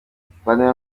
muvandimwe